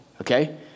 okay